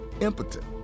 impotent